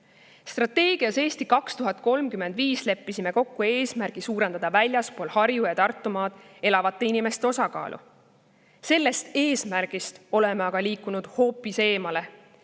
Strateegias "Eesti 2035" leppisime kokku eesmärgi suurendada väljaspool Harju‑ ja Tartumaad elavate inimeste osakaalu. Sellest eesmärgist oleme liikunud hoopis eemale.